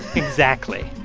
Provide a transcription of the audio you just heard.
exactly